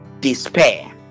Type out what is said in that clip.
despair